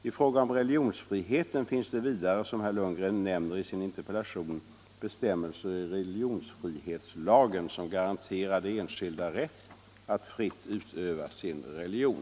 I fråga om religionsfriheten finns det vidare, som herr Lundgren nämner i sin interpellation, bestämmelser i religionsfrihetslagen som garanterar de enskilda rätt att fritt utöva sin religion.